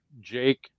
Jake